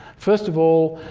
first of all,